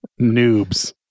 Noobs